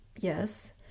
yes